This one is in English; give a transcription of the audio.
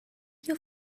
you